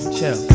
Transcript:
Chill